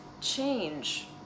change